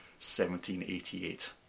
1788